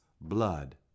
blood